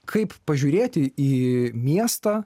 kaip pažiūrėti į miestą